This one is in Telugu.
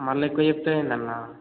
మళ్ళీ ఎక్కువ చెప్తావు ఏందన్న